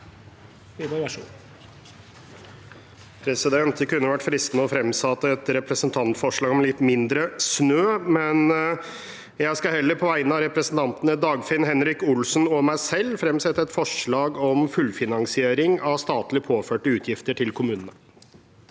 Det kunne vært fristende å fremsette et representantforslag om litt mindre snø, men jeg skal heller på vegne av Dagfinn Henrik Olsen og meg selv fremsette et forslag om fullfinansiering av statlig påførte utgifter til kommunene.